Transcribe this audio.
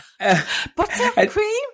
Buttercream